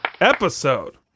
episode